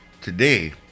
Today